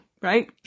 right